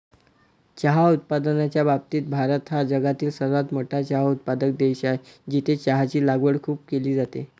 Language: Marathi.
चहा उत्पादनाच्या बाबतीत भारत हा जगातील सर्वात मोठा चहा उत्पादक देश आहे, जिथे चहाची लागवड खूप केली जाते